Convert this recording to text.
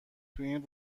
تواین